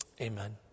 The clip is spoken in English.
Amen